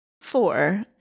Four